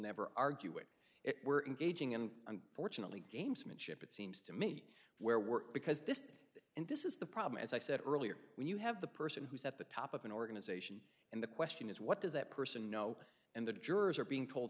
never argue with it we're engaging in and fortunately gamesmanship it seems to me where we're because this and this is the problem as i said earlier when you have the person who's at the top of an organization and the question is what does that person know and the jurors are being